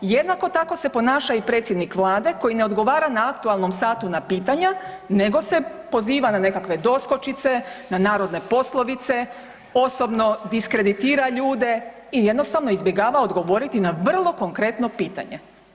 Jednako tako se ponaša i predsjednik Vlade koji ne odgovara na aktualnom satu na pitanja nego se poziva na nekakve doskočice, na narodne poslovice, osobno diskreditira ljude i jednostavno izbjegava odgovoriti na vrlo konkretno pitanje.